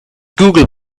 google